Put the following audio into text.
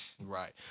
right